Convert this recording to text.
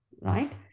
right